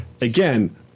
Again